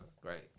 great